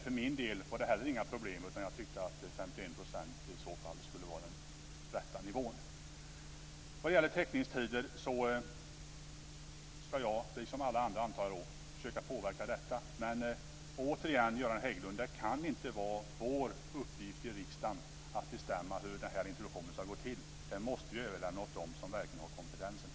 För min del var det heller inga problem, utan jag tyckte att 51 % i så fall skulle vara den rätta nivån. Vad gäller teckningstider ska jag liksom alla andra, antar jag, försöka påverka. Men återigen, Göran Hägglund, vill jag säga att det inte kan vara vår uppgift i riksdagen att bestämma hur introduktionen ska gå till. Det måste vi överlämna åt dem som verkligen har kompetensen.